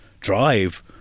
drive